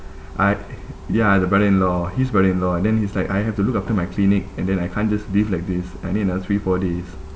I ya the brother-in-law his brother-in-law and then he's like I have to look after my clinic and then I can't just leave like this I need another three four days